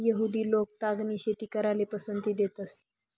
यहुदि लोक तागनी शेती कराले पसंती देतंस